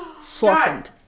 Softened